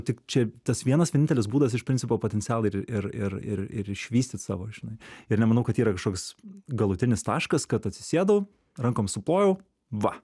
tik čia tas vienas vienintelis būdas iš principo potencialą ir ir ir ir išvystyt savo žinai ir nemanau kad yra kažkoks galutinis taškas kad atsisėdau rankom suplojau va